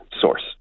source